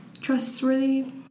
trustworthy